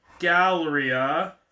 Galleria